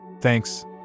thanks